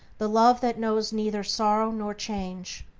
the love that knows neither sorrow nor change.